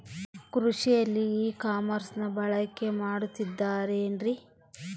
ಕೃಷಿಯಲ್ಲಿ ಇ ಕಾಮರ್ಸನ್ನ ಬಳಕೆ ಮಾಡುತ್ತಿದ್ದಾರೆ ಏನ್ರಿ?